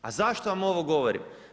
A zašto vam ovo govorim?